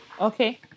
Okay